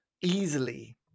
easily